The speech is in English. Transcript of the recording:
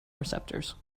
receptors